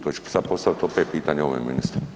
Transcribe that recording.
To ću sad postavit opet pitanje ovome ministru.